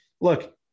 look